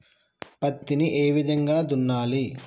పత్తిని ఏ విధంగా దున్నాలి?